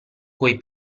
coi